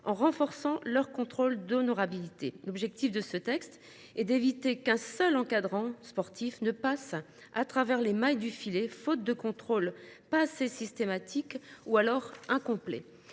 en renforçant leur contrôle d'honorabilité. L'objectif de ce texte et d'éviter qu'un seul encadrant sportif ne passe à travers les mailles du filet. Faute de contrôle. Pas assez systématique ou alors incomplet.